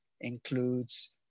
includes